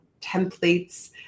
templates